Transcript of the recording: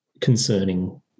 concerning